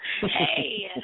Hey